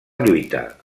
lluita